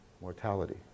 mortality